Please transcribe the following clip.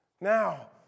Now